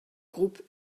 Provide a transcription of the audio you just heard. groupe